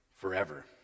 forever